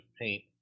paint